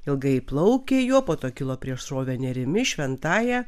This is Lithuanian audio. ilgai plaukė juo po to kilo prieš srovę nerimi šventąja